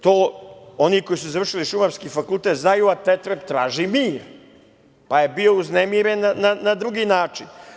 To oni koji su završili Šumarski fakultet znaju, a tetreb traži mir, pa je bio uznemiren na drugi način.